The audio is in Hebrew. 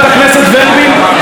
ההחלטה היא החלטה, חברת הכנסת ורבין.